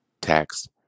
tax